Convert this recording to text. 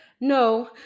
no